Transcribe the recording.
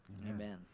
Amen